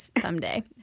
someday